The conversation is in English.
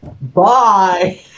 Bye